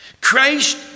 Christ